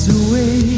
away